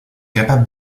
capables